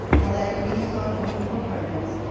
while i agree these are important components,